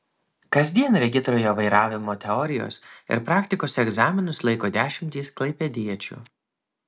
kasdien regitroje vairavimo teorijos ir praktikos egzaminus laiko dešimtys klaipėdiečių